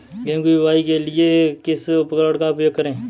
गेहूँ की बुवाई के लिए किस उपकरण का उपयोग करें?